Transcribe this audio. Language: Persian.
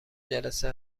جلسه